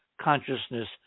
consciousness